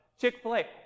chick-fil-a